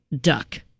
duck